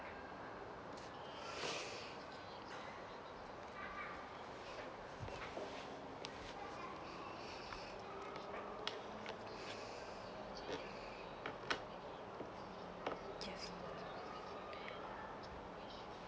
yes